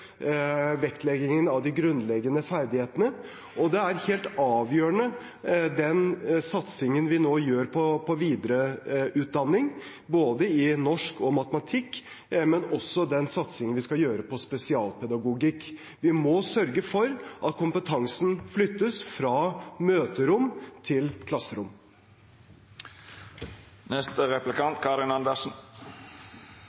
gjør på videreutdanning, både i norsk og matematikk, er helt avgjørende, og også den satsingen vi skal gjøre på spesialpedagogikk. Vi må sørge for at kompetansen flyttes fra møterom til klasserom.